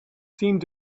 seemed